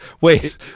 Wait